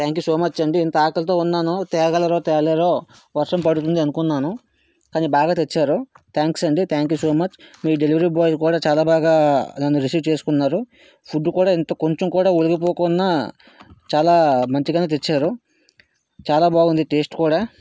thank you so much అండి ఇంత ఆకలితో ఉన్నాను తేగలరో తేలేరో వర్షం పడుతుంది అనుకున్నాను కాని బాగా తెచ్చారు థాంక్స్ అండి థాంక్ యూ సో మచ్ మీ డెలివరీ బాయ్ కూడా చాలా బాగా నన్ను రిసీవ్ చేసుకున్నారు ఫుడ్ కూడా ఇంత కొంచంకూడా వొలికిపోకుండ చాలా మంచిగానే తెచ్చారు చాలా బాగుంది టేస్ట్ కూడ